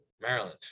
Maryland